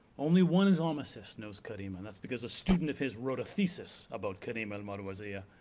only one islamicist knows karima, and that's because a student of his wrote a thesis about karima al-marwaziyya.